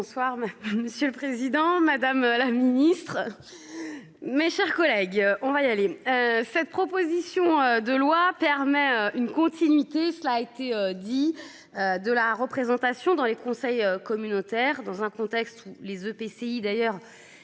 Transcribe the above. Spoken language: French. Bonsoir monsieur le Président Madame la Ministre. Mes chers collègues. On va y aller. Cette proposition de loi permet une continuité. Cela a été dit. De la représentation dans les conseils communautaires dans un contexte où les EPCI d'ailleurs